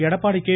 Edappadi K